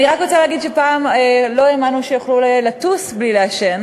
אני רק רוצה להגיד שפעם לא האמנו שיוכלו לטוס בלי לעשן.